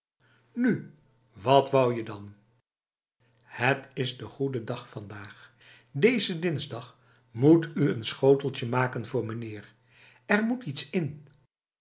nu wat wou je dan het is de goede dag vandaagl deze dinsdag moet u een schoteltje maken voor mijnheer er moet iets in